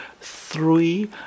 three